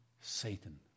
Satan